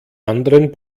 anderen